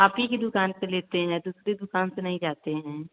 आप ही की दुकान से लेते हैं दूसरी दुकान से नहीं जाते हैं